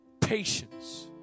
patience